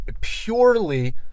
purely